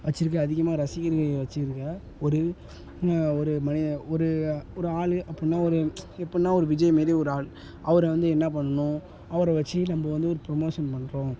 வச்சுருக்க அதிகமாந ரசிகர்களை வச்சுருக்க ஒரு ஒரு மனிதர் ஒரு ஒரு ஆள் அப்புடின்னா ஒரு எப்புடின்னா ஒரு விஜய்மாரி ஒரு ஆள் அவர் வந்து என்ன பண்ணணும் அவரை வச்சு நம்ப வந்து ஒரு ப்ரொமோஷன் பண்ணுறோம்